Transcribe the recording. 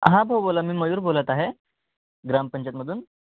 हां भाऊ बोला मी मयूर बोलत आहे ग्रामपंचायमधून